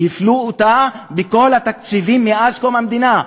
שהפלו אותה בכל התקציבים מאז קום המדינה.